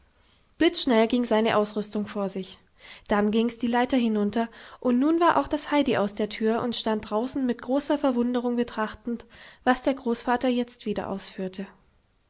blitzschnell ging seine ausrüstung vor sich dann ging's die leiter hinunter und nun war auch das heidi aus der tür und stand draußen mit großer verwunderung betrachtend was der großvater jetzt wieder ausführte